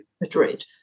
Madrid